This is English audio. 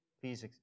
please